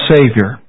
Savior